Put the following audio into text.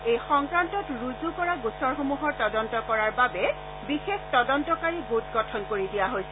এই সংক্ৰান্তত ৰুজু কৰা গোচৰসমূহৰ তদন্ত কৰাৰ বাবে বিশেষ তদন্তকাৰী গোট গঠন কৰি দিয়া হৈছে